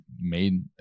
made